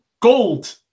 gold